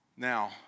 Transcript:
Now